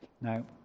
Now